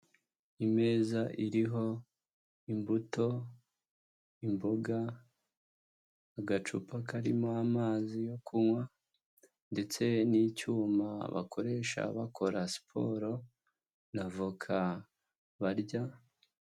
Imeza iriho imbuto, imboga, agacupa karimo amazi yo kunywa, ndetse n'icyuma bakoresha bakora siporo na avoka barya.